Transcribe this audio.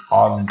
on